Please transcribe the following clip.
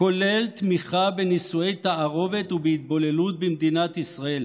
כולל תמיכה בנישואי תערובת ובהתבוללות במדינת ישראל.